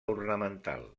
ornamental